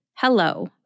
hello